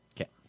Okay